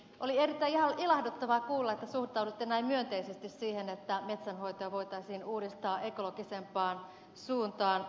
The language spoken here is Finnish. oli erittäin ilahduttavaa kuulla että suhtaudutte näin myönteisesti siihen että metsänhoitoa voitaisiin uudistaa ekologisempaan suuntaan